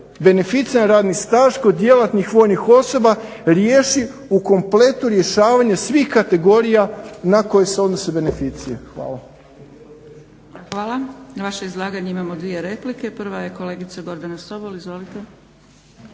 beneficirani radni staž kod djelatnih vojnih osoba riješi u kompletu rješavanja svih kategorija na koje se odnose beneficije. Hvala. **Zgrebec, Dragica (SDP)** Hvala. Na vaše izlaganje imamo dvije replike. Prva je kolegica Gordana Sobol. Izvolite.